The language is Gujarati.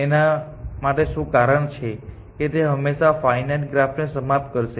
એના માટે શું કારણ છે કે તે હંમેશા ફાઇનાઇટ ગ્રાફને સમાપ્ત કરશે